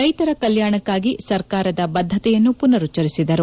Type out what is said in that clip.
ರೈತರ ಕಲ್ನಾಣಕ್ನಾಗಿ ಸರ್ಕಾರದ ಬದ್ದತೆಯನ್ನು ಪುನರುಚ್ಚರಿಸಿದರು